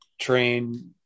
train